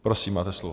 Prosím, máte slovo.